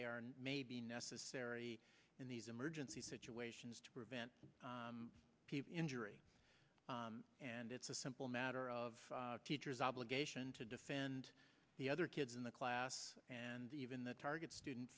they may be necessary in these emergency situations to prevent injury and it's a simple matter of teachers obligation to defend the other kids in the class and even the target student